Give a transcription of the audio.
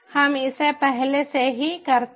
हम इसे पहले से ही करते हैं